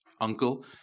uncle